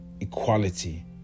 Equality